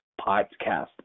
podcast